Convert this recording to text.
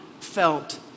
felt